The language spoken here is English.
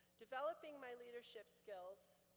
developing my leadership skills,